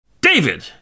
David